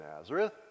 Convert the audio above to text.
Nazareth